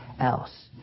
else